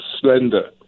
slender